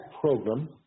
program